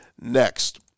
next